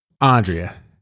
Andrea